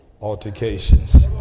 altercations